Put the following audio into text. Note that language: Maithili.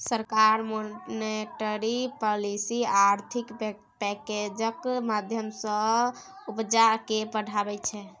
सरकार मोनेटरी पालिसी आ आर्थिक पैकैजक माध्यमँ सँ उपजा केँ बढ़ाबै छै